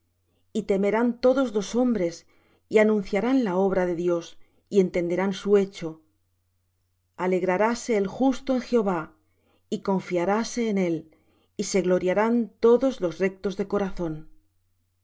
y temerán todos los hombres y anunciarán la obra de dios y entenderán su hecho alegraráse el justo en jehová y confiaráse en él y se gloriarán todos los rectos de corazón al